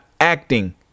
acting